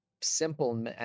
simple